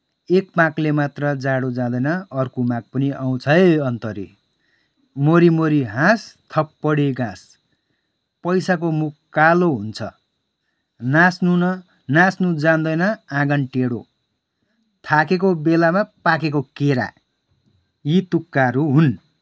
एक माघले मात्र जाडो जाँदैन अर्को माघ पनि आउँछ है अन्तरी मरी मरी हाँस थपडी गाँस पैसाको मुख कालो हुन्छ नाच्नु न नाच्नु जान्दैन आँगन टेढो थाकेको बेलामा पाकेको केरा यी तुक्काहरू हुन्